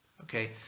Okay